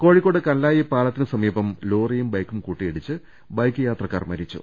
കോഴിക്കോട് കല്ലായി പാലത്തിന് സമീപം ലോറിയും ബൈക്കും കൂട്ടിയിടിച്ച് ബൈക്ക് യാത്രക്കാർ മരിച്ചു